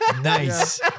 nice